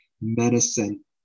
medicine